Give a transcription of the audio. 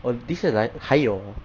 oh this year la~ 还有 hor